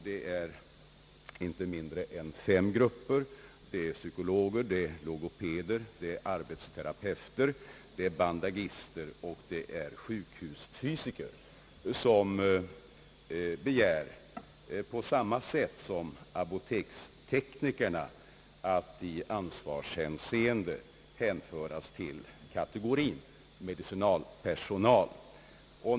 Det gäller fem grupper: psykologer, 1ogopeder, arbetsterapeuter, bandagister och sjukhusfysiker. De begär på samma sätt som apoteksteknikerna att i ansvarshänseende bli hänförda till kategorin medicinalpersonal.